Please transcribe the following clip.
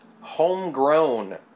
homegrown